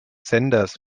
senders